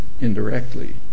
indirectly